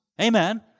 Amen